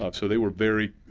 um so they were very